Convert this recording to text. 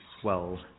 swell